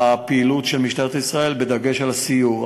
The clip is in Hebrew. הפעילות של משטרת ישראל, בדגש על הסיור.